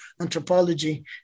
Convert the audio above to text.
anthropology